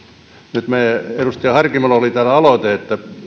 nyt edustaja harkimolla oli täällä aloite että